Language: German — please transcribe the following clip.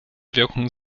wirkung